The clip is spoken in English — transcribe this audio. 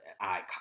icon